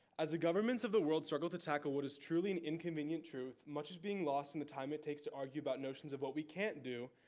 as the governments of the world struggle to tackle what is truly an inconvenient truth, much being lost in the time it takes to argue about notions of what we can't do,